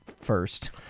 first